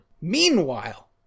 Meanwhile